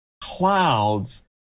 clouds